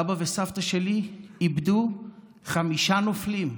סבא וסבתא שלי איבדו חמישה נופלים,